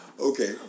Okay